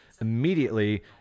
immediately